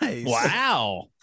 Wow